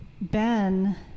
Ben